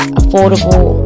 affordable